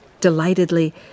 delightedly